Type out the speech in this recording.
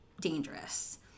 dangerous